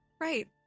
Right